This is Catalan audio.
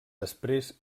després